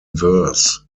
verse